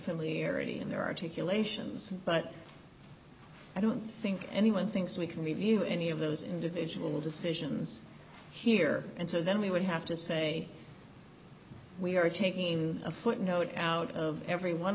any in their articulations but i don't think anyone thinks we can review any of those individual decisions here and so then we would have to say we are taking a footnote out of every one